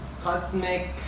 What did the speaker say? Cosmic